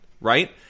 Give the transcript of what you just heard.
Right